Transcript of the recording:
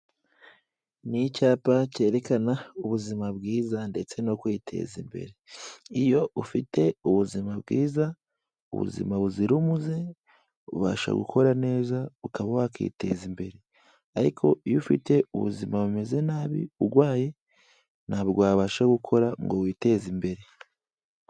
Ni icyapa cyerekana ubuzima bwiza ndetse no kwiteza imbere, iyo ufite ubuzima bwiza, ubuzima buzira umuze ubasha gukora neza ukaba wakiteza imbere, ariko iyo ufite ubuzima bumeze nabi urwaye, ntabwo wabasha gukora ngo witeze imbere.